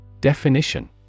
Definition